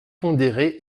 pondéré